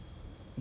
I guess so